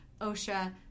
OSHA